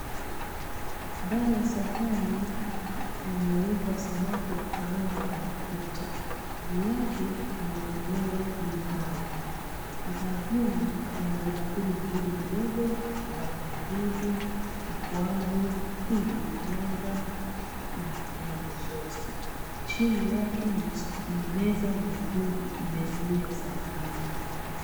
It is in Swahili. Ndani ya sahani kumewekwa samaki wa kukaanga kwa mafuta. Juu yake kumeekelewa limau. Ubavuni pana vibakuli vidogovidogo vya pilipili, ukwaju, pilipili manga na tomato souse . Chini yake ni meza nyekundu imezuia sahani hiyo.